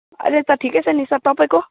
अहिले त ठिकै छ नि सर तपाईँको